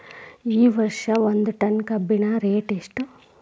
ಈ ವರ್ಷ ಒಂದ್ ಟನ್ ಕಬ್ಬಿನ ರೇಟ್ ಎಷ್ಟು?